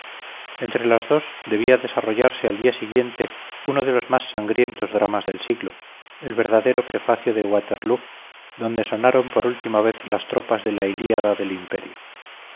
entre las dos debía desarrollarse al día siguiente uno de los más sangrientos dramas del siglo el verdadero prefacio de waterloo donde sonaron por última vez las trompas de la ilíada del imperio